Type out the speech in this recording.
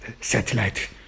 satellite